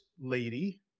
lady